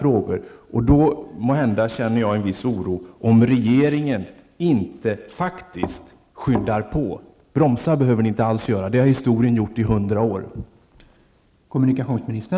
Jag känner därför en viss oro om regeringen inte skyndar på -- ni behöver inte alls bromsa, för det har historien gjort i hundra år.